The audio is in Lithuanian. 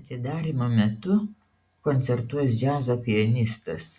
atidarymo metu koncertuos džiazo pianistas